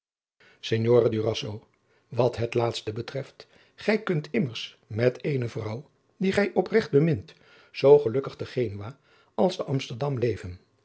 durazzo wat het laatste betreft gij kunt immers met eene vrouw die gij opregt bemint zoo gelukkig te genua als te amsterdam leven